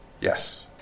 Yes